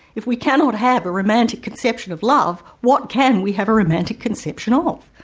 if we cannot have a romantic conception of love, what can we have a romantic conception um of?